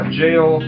jail